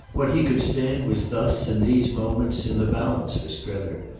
what he could stand was thus, in these moments, in the balance for strether,